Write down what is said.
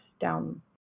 down